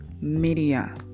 media